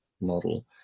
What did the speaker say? model